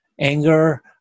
Anger